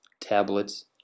tablets